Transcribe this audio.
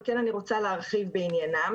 אבל כן אני רוצה להרחיב בעניינן.